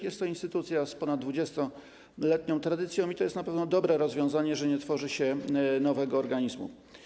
Jest to instytucja z ponad 20-letnią tradycją i to jest na pewno dobre rozwiązanie, że nie tworzy się nowego organizmu.